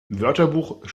wörterbuch